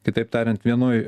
kitaip tariant vienoj